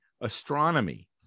astronomy